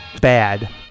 bad